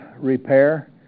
repair